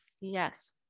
Yes